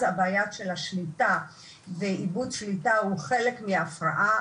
הבעיה של השליטה ואיבוד השליטה הוא חלק מהתופעה.